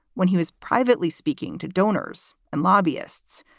when he was privately speaking to donors and lobbyists,